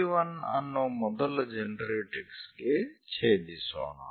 P1 ಅನ್ನು ಮೊದಲ generatrix ಗೆ ಛೇದಿಸೋಣ